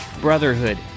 brotherhood